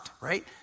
right